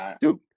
dude